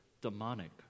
demonic